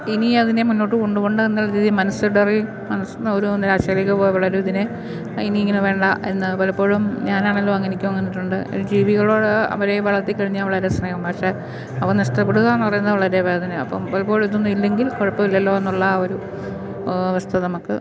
ഇനി അതിനെ മുന്നോട്ട് കൊണ്ടുപോകേണ്ട എന്നുള്ള രീതീ മനസ്സിടറി മനസ്സ് ഒരു നിരാശയിലേക്ക് പോകാന് വിടരുത് ഇതിനെ ഇനി ഇങ്ങനെ വേണ്ട എന്ന് പലപ്പോഴും ഞാനാണല്ലോ അന്നെനിക്കും തോന്നിയിട്ടുണ്ട് ജീവികളോട് അവയെ വളർത്തിക്കഴിഞ്ഞാല് വളരെ സ്നേഹമാണ് പക്ഷെ അവ നഷ്ടപ്പെടുക എന്നു പറയുന്നത് വളരെ വേദനയാണ് അപ്പോള് പലപ്പോഴും ഇതൊന്നുമില്ലെങ്കിൽ കുഴപ്പമില്ലല്ലോന്നുള്ള ആ ഒരു അവസ്ഥ നമ്മള്ക്ക്